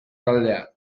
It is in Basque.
taldea